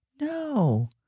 No